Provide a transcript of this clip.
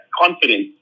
confidence